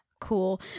Cool